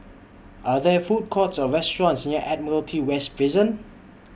Are There Food Courts Or restaurants near Admiralty West Prison